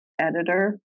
editor